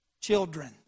Children